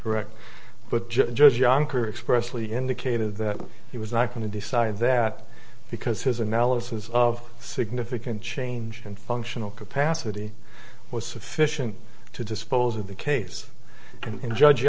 correct but judge judge john kerr expressly indicated that he was not going to decide that because his analysis of significant change in functional capacity was sufficient to dispose of the case and judge